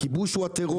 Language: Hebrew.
הכיבוש הוא הטרור